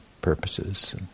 purposes